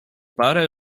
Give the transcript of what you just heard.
parę